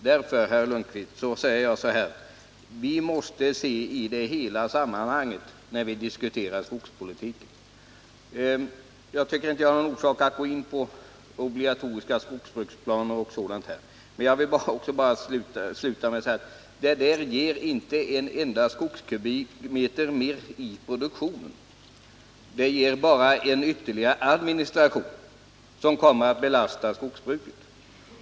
Därför, herr Lundkvist, säger jag: Vi måste se hela sammanhanget när vi diskuterar skogspolitiken. Jag tycker inte att jag har någon orsak att gå in på obligatoriska skogsbruksplaner och sådant. Jag vill bara sluta med att säga: Det ger inte en enda skogskubikmeter mer i produktion. Det ger bara en vtterligare administration, som kommer att belasta skogsbruket.